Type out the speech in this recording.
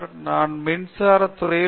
நான் மின்சார துறையிலிருந்து பி